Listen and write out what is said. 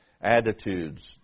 attitudes